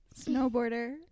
snowboarder